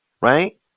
right